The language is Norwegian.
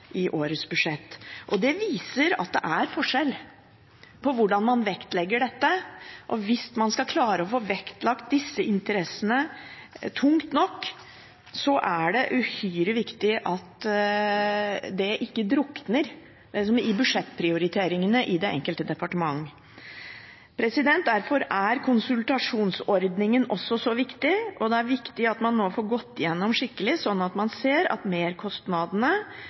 årets budsjett. Det viser at det er forskjell på hvordan man vektlegger det. Hvis man skal klare å få vektlagt disse interessene tungt nok, er det uhyre viktig at de ikke drukner i budsjettprioriteringene i det enkelte departement. Derfor er konsultasjonsordningen også så viktig, og det er viktig at man nå får gått skikkelig igjennom dette for å se at merkostnadene for tospråklighet i alle kommunene blir kompensert tilstrekkelig. Det sies gjerne at